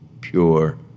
pure